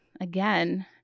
again